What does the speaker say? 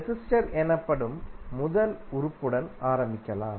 resistor எனப்படும் முதல் உறுப்புடன் ஆரம்பிக்கலாம்